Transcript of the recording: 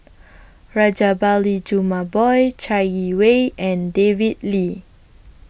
Rajabali Jumabhoy Chai Yee Wei and David Lee